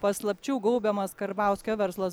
paslapčių gaubiamas karbauskio verslas